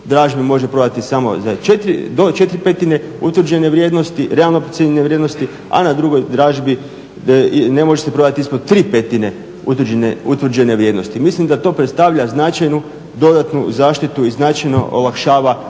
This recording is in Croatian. vrijednosti, realno procijenjene vrijednosti, a na drugoj dražbi ne može se prodat ispod 3/5 utvrđene vrijednosti. Mislim da to predstavlja značajnu dodatnu zaštitu i značajno olakšava